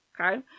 Okay